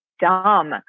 dumb